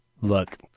look